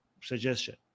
suggestion